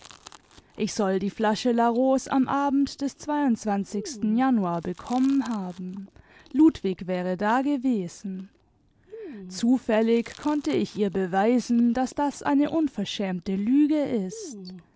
ich soll die flasche larose am abend des januar bekommen haben ludwig wäre dagewesen zufällig konnte ich ihr beweisen daß das eine unverschämte lüge ist